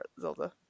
zelda